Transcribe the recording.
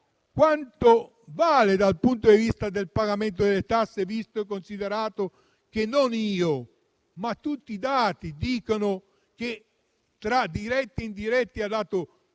Quanto vale dal punto di vista del pagamento delle tasse, visto e considerato che non io, ma tutti i dati dicono che, tra diretti e indiretti, ha creato oltre